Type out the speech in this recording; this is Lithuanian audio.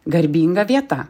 garbinga vieta